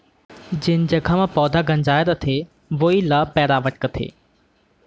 जेन जघा म पैंरा गंजाय रथे वोइ ल पैरावट कथें